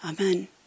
Amen